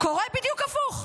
קורה בדיוק הפוך,